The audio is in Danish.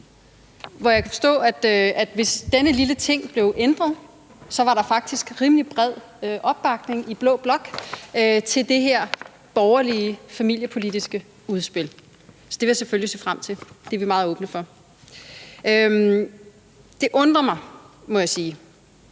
og jeg kan forstå, at hvis denne lille ting blev ændret, var der faktisk rimelig bred opbakning i blå blok til det her borgerlige familiepolitiske udspil. Så det vil jeg selvfølgelig se frem til; det er vi meget åbne for. Det undrer mig, må jeg sige,